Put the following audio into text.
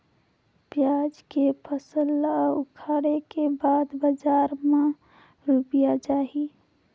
पियाज के फसल ला उखाड़े के बाद बजार मा रुपिया जाही?